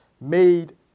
made